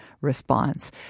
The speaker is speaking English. response